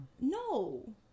No